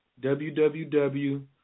www